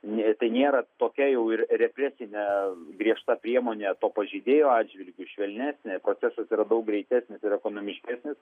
ne tai nėra tokia jau ir represinė griežta priemonė to pažeidėjo atžvilgiu švelnesnė procesas yra daug greitesnis ir ekonomiškesnis